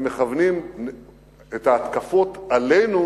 שהם מכוונים את ההתקפות עלינו